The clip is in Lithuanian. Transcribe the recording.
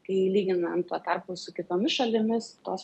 kai lyginam tuo tarpu su kitomis šalimis tos